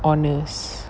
honest